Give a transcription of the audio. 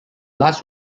last